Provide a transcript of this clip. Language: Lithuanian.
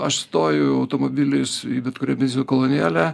aš stoju automobilis į bet kurią benzino kolonėlę